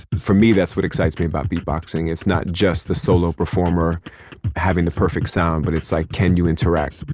for me, that's what excites me about beatboxing, it's not just the solo performer having the perfect sound, but it's like can you interact? but